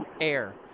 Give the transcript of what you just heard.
air